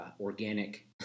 organic